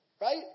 right